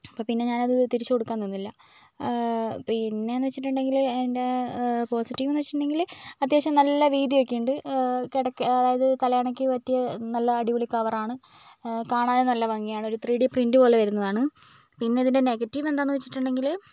അപ്പോൾ പിന്നെ ഞാൻ അത് തിരിച്ചു കൊടുക്കാൻ നിന്നില്ല പിന്നെ എന്ന് വെച്ചിട്ടുണ്ടെങ്കിൽ അതിന്റെ പോസിറ്റീവ് എന്ന് വെച്ചിട്ടുണ്ടെങ്കിൽ അത്യാവശ്യം നല്ല വീതിയൊക്കെ ഉണ്ട് കിടക്ക അതായത് തലയിണയ്ക്ക് പറ്റിയ നല്ല അടിപൊളി കവർ ആണ് കാണാനും നല്ല ഭംഗിയാണ് ഒരു ത്രീ ഡി പ്രിൻറ് പോലെ വരുന്നതാണ് പിന്നെ ഇതിന്റെ നെഗറ്റീവ് എന്താണെന്ന് വെച്ചിട്ടുണ്ടെങ്കിൽ